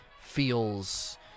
feels